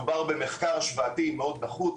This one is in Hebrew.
מדובר במחקר השוואתי מאוד נחות,